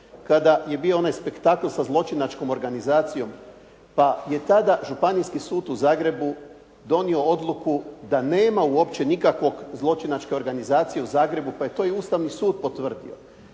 kada je bio onaj spektakl sa zločinačkom organizacijom, pa je tada Županijski sud u Zagrebu donio odluku da nema uopće nikakvog zločinačke organizacije u Zagrebu, pa je to i Ustavni sud potvrdio.